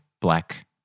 Black